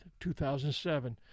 2007